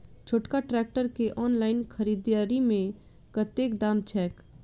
छोटका ट्रैक्टर केँ ऑनलाइन खरीददारी मे कतेक दाम छैक?